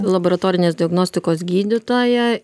laboratorinės diagnostikos gydytoja